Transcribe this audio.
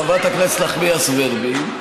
חברת הכנסת נחמיאס ורבין,